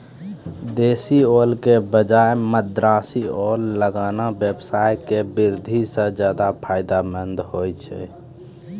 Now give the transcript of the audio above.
देशी ओल के बजाय मद्रासी ओल लगाना व्यवसाय के दृष्टि सॅ ज्चादा फायदेमंद छै